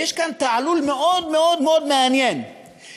יש כאן תעלול מעניין מאוד מאוד מאוד,